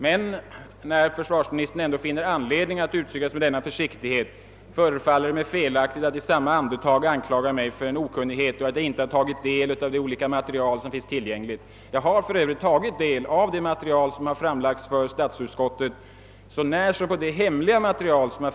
Men när försvarsministern ändå finner anledning att uttrycka sig med denna försiktighet förefaller det mig felaktigt att i samma andetag anklaga mig för okunnighet och för att inte ha tagit del av det tillgängliga materialet. Jag har tagit del av det material som framlagts för statsutskottet så när som på det hemliga materialet.